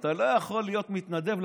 אתה לא יכול להיות מתנדב,